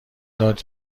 داد